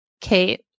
Kate